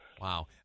Wow